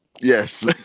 Yes